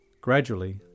Gradually